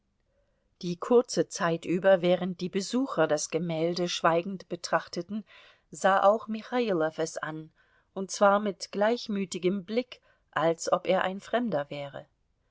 die kurze zeit über während die besucher das gemälde schweigend betrachteten sah auch michailow es an und zwar mit gleichmütigem blick als ob er ein fremder wäre